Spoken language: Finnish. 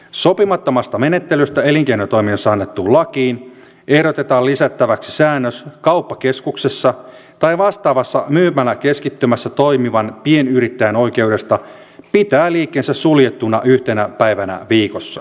sopimattomasta menettelystä elinkeinotoiminnassa annettuun lakiin ehdotetaan lisättäväksi säännös kauppakeskuksessa tai vastaavassa myymäläkeskittymässä toimivan pienyrittäjän oikeudesta pitää liikkeensä suljettuna yhtenä päivänä viikossa